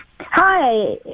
Hi